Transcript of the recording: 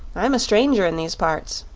i'm a stranger in these parts.